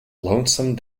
lonesome